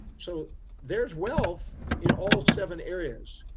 so there's wealth in all seven areas,